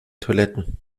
toiletten